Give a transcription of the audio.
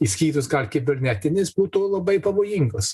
išskyrus gal kibernetinis būtų labai pavojingas